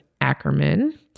Ackerman